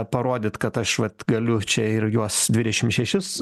parodyt kad aš vat galiu čia ir juos dvidešim šešis